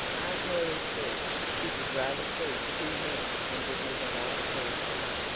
aunt mary said she would rather feed two men than give me what i call enough.